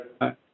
Hi